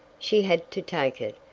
she had to take it,